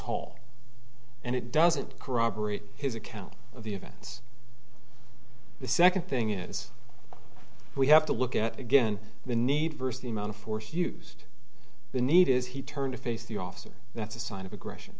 hall and it doesn't corroborate his account of the events the second thing is we have to look at again the need versus the amount of force used the need is he turned to face the officer that's a sign of aggression